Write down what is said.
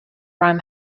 ram